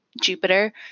Jupiter